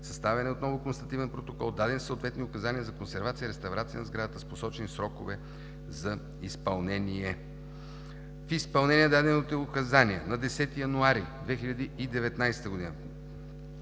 съставен е отново констативен протокол, дадени са съответни указания за консервация и реставрация на сградата с посочени срокове за изпълнение. В изпълнение на дадените указания на 10 януари 2019 г.